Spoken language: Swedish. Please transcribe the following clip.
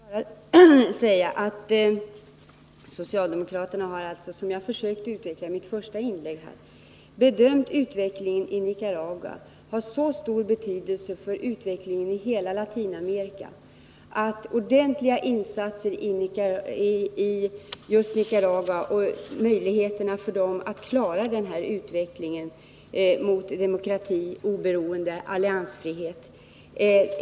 Herr talman! Får jag bara säga att socialdemokraterna har, som jag försökte utveckla i mitt första inlägg, gjort den bedömningen att utvecklingen i Nicaragua har mycket stor betydelse för utvecklingen i hela Latinamerika. Därför behövs det ordentliga insatser i just Nicaragua, så att man där får möjligheter att klara utvecklingen mot demokrati, oberoende och alliansfrihet.